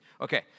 Okay